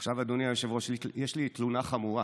עכשיו, אדוני היושב-ראש, יש לי תלונה חמורה,